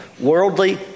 Worldly